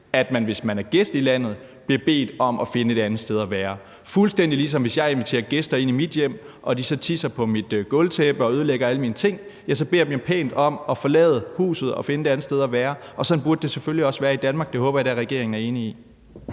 at man, hvis man er gæst i landet, bliver bedt om at finde et andet sted at være – fuldstændig ligesom hvis jeg inviterer gæster til mit hjem og de så tisser på mit gulvtæppe og ødelægger alle mine ting; så beder jeg dem pænt om at forlade huset og finde et andet sted at være. Og sådan burde det selvfølgelig også være i Danmark. Det håber jeg da at regeringen er enig i.